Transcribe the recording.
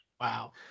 Wow